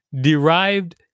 Derived